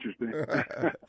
interesting